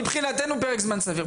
מבחינתנו פרק זמן סביר.